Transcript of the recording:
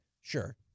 sure